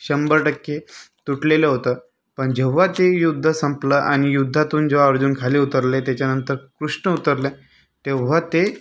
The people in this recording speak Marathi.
शंभर टक्के तुटलेलं होतं पण जेव्हा ते युद्ध संपलं आणि युद्धातून जेव्हा अर्जुन खाली उतरले त्याच्यानंतर कृष्ण उतरले तेव्हा ते